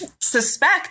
suspect